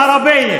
חבר כנסת ערבי,